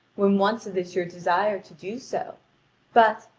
when once it is your desire to do so but,